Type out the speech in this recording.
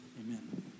Amen